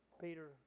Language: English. Peter